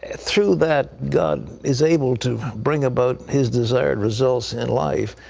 ah through that god is able to bring about his desired results in life.